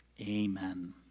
Amen